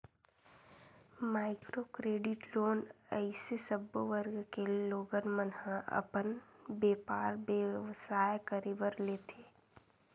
micro credit loan अइसे सब्बो वर्ग के लोगन मन ह अपन बेपार बेवसाय करे बर लेथे